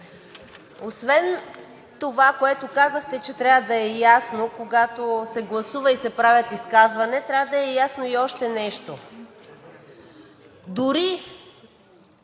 освен това, което казахте, че трябва да е ясно, когато се гласува и се правят изказвания, трябва да е ясно и още нещо. Дори